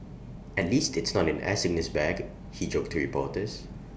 at least it's not an air sickness bag he joked to reporters